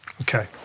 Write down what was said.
Okay